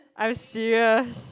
are you serious